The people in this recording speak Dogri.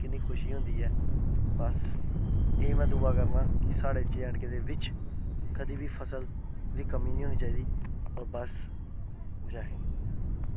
किन्नी खुशी होंदी ऐ बस एह् दुआ करना कती साढ़े जेएंडके दे बिच कदें बी फसल दी कमीं निं होनी चाहिदी होर बस जै हिंद